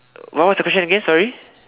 what what's the question again sorry